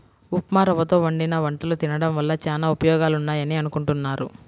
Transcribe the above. ఉప్మారవ్వతో వండిన వంటలు తినడం వల్ల చానా ఉపయోగాలున్నాయని అనుకుంటున్నారు